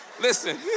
Listen